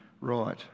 right